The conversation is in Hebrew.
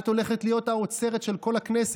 את הולכת להיות האוצרת של כל הכנסת.